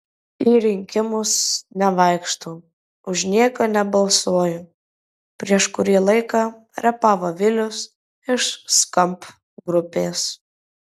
į rinkimus nevaikštau už nieką nebalsuoju prieš kurį laiką repavo vilius iš skamp grupės